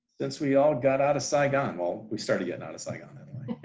since we all got out of saigon well, we started getting out of saigon